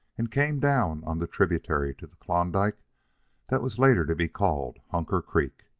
and came down on the tributary to the klondike that was later to be called hunker creek.